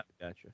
gotcha